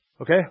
Okay